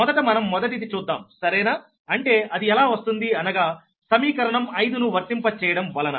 మొదట మనం మొదటిది చూద్దాం సరేనాఅంటే అది ఎలా వస్తుంది అనగా సమీకరణం 5 ను వర్తింప చేయడం వలన